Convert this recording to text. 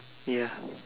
ya